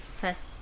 first